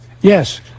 Yes